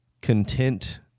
content